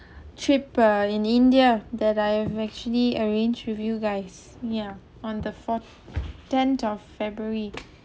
uh trip ah in india that I have actually arranged with you guys yeah on the fourth tenth of february